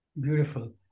Beautiful